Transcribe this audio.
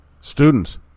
Students